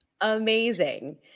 Amazing